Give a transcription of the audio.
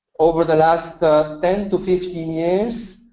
over the last ten to fifteen years,